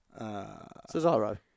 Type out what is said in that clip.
Cesaro